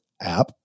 app